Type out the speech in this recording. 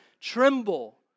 tremble